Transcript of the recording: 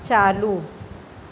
ચાલુ